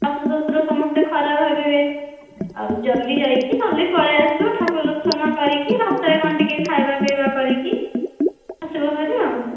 ଶାଶୁ ଶ୍ୱଶୁର ସମସ୍ତେ ଖରାପ ଭାବିବେ ଆଉ ଜଲ୍ଦି ଯାଇକି ଜଲ୍ଦି ପଳାଇଆସିବ ଠାକୁର ଦର୍ଶନ କରିକି ରାସ୍ତାରେ କ'ଣ ଟିକେ ଖାଇବା ପିଇବା କରିକି ଆସିବ ଭାରି ଆଉ